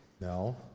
No